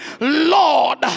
Lord